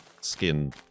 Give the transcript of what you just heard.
skin